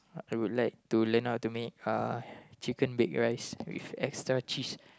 I would like to learn how to make uh chicken baked rice with extra cheese